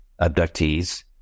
abductees